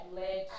led